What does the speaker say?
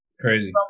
crazy